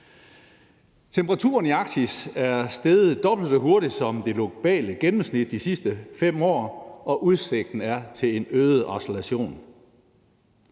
Temperaturen i Arktis er steget dobbelt så hurtig som det globale gennemsnit de sidste 5 år, og udsigten er til en øget acceleration.